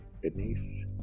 beneath